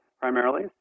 primarily